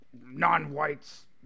non-whites